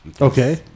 okay